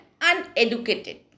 uneducated